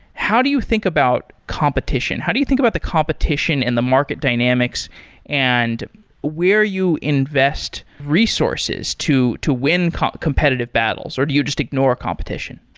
how do you think about competition? how do you think about the competition and the market dynamics and where you invest resources to to win competitive battles, or do you just ignore a competition?